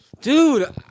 Dude